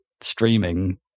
streaming